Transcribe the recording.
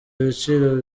ibiciro